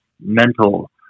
mental